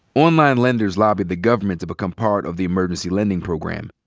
online lenders lobbied the government to become part of the emergency lending program.